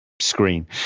screen